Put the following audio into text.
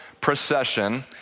procession